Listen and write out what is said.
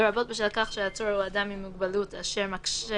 לרבות בשל כך שהעצור הוא אדם עם מוגבלות אשר מקשה